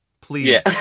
please